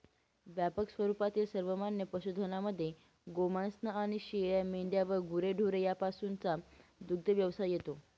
व्यापक स्वरूपातील सर्वमान्य पशुधनामध्ये गोमांस आणि शेळ्या, मेंढ्या व गुरेढोरे यापासूनचा दुग्धव्यवसाय येतो